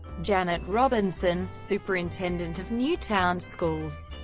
janet robinson, superintendent of newtown schools,